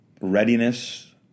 readiness